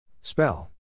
Spell